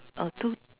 uh two